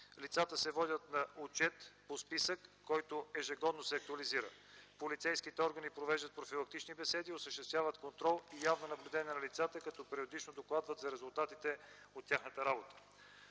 Лицата се водят на отчет по списък, който ежегодно се актуализира. Полицейските органи провеждат профилактични беседи, осъществяват контрол и явно наблюдение на лицата, като периодично докладват за резултатите от своята работа.